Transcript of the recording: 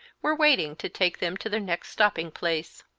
were waiting to take them to their next stopping-place.